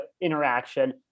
interaction